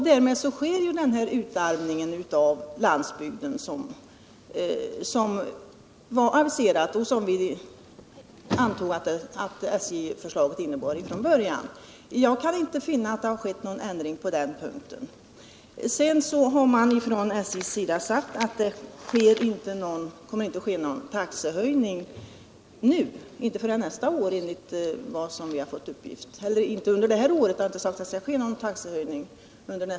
Därmed kommer den utarmning av landsbygden som var aviserad och som vi från början antog att SJ-förslaget skulle innebära, också att ske. Jag kan inte finna att det har blivit någon ändring på den punkten. Det har vidare från SJ uttalats att det inte under detta år kommer att ske någon taxehöjning.